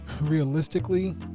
realistically